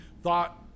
thought